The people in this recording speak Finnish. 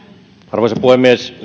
arvoisa puhemies